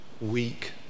weak